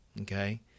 okay